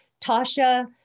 Tasha